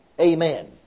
Amen